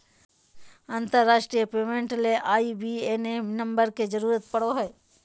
अंतरराष्ट्रीय पेमेंट ले IBAN number के जरूरत पड़ो हय